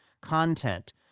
content